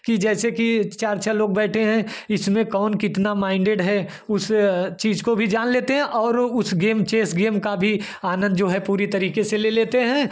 कि जैसे कि चार छः लोग बैठे हैं इसमें कौन कितना माइंडेड है उसे चीज़ को भी जान लेते हैं और उस गेम चेस गेम का भी आनंद जो है पूरी तरीके से ले लेते हैं